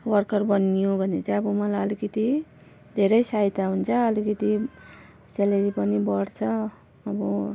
worker बनियो भने चाहिँ अब मलाई अलिकति धेरै सहायता हुन्छ अलिकति सेलेरी पनि बढ्छ अब